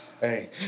Hey